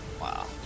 Wow